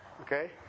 Okay